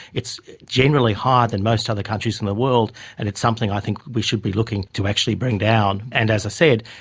generally higher than most other countries in the world and it's something i think we should be looking to actually bring down. and as i said,